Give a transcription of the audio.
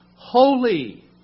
Holy